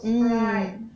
mm